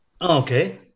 Okay